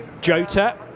Jota